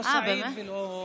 לא סעיד ולא יבגני.